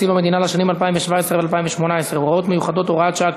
המדינה לשנים 2017 ו-2018 (הוראות מיוחדות) (הוראת שעה),